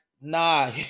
nah